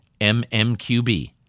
mmqb